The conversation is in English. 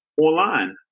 online